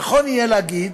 נכון יהיה להגיד